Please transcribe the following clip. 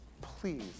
Please